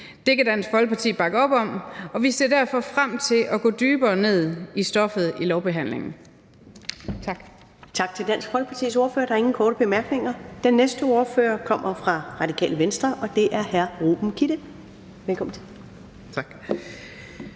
Det kan Dansk Folkeparti bakke op om, og vi ser derfor frem til at gå dybere ned i stoffet i lovbehandlingen.